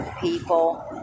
people